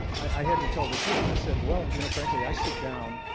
i had to tell the truth. i said well, you know, frankly i sit down.